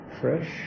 fresh